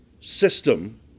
system